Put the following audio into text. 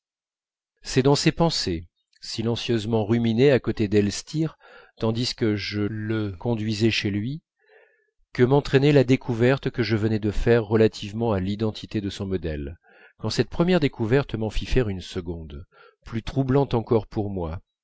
c'est dans ces pensées silencieusement ruminées à côté d'elstir tandis que je le conduisais chez lui que m'entraînait la découverte que je venais de faire relativement à l'identité de son modèle quand cette première découverte m'en fit faire une seconde plus troublante encore pour moi